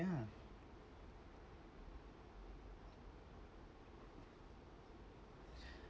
ya